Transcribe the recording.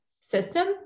system